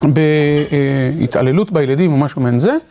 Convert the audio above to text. בהתעללות בילדים או משהו מעין זה.